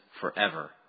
forever